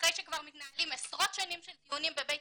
אחרי שכבר מתנהלים עשרות שנים של דיונים בבית